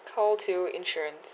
call two insurance